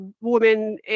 woman